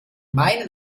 meinen